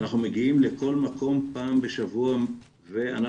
אנחנו מגיעים לכל מקום פעם בשבוע ואנחנו